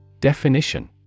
Definition